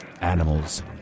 animals